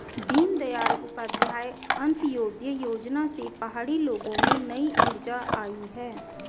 दीनदयाल उपाध्याय अंत्योदय योजना से पहाड़ी लोगों में नई ऊर्जा आई है